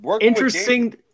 Interesting